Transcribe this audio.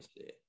see